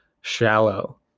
shallow